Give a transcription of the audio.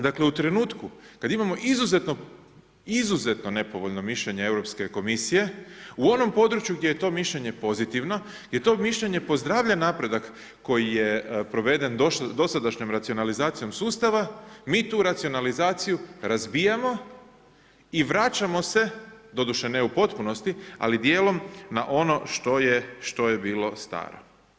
Dakle u trenutku kada imamo izuzetno, izuzetno nepovoljno mišljenje Europske komisije u onom području gdje je to mišljenje pozitivno jer to mišljenje pozdravlja napredak koji je proveden dosadašnjom racionalizacijom sustava, mi tu racionalizaciju razbijamo i vraćamo se doduše ne u potpunosti, ali dijelom na ono što je bilo staro.